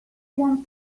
want